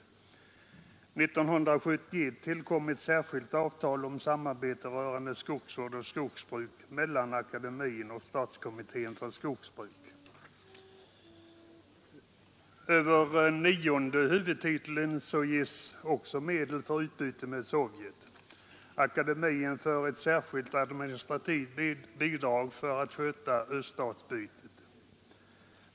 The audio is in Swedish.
År 1971 tillkom ett särskilt avtal om samarbete rörande skogsvård och skogsbruk mellan akademien och statskommittén för skogsbruk. Över nionde huvudtiteln ges också medel för utbytet med Sovjet. Akademin får ett särskilt administrativt bidrag för att sköta öststatsutbytet.